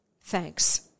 Thanks